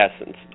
essence